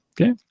Okay